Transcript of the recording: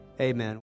Amen